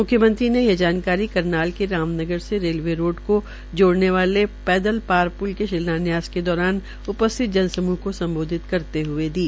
मुख्य मंत्री ने यह जानकारी करनाल के राम नगर से रेलवे रोड को जोड़ने वाले पैदल पार प्ल के शिलान्यास के दौरान उपस्थित जनसमूह को सम्बोधित करते हए दी